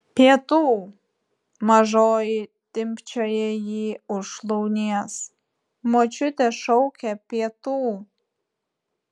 pietų mažoji timpčioja jį už šlaunies močiutė šaukia pietų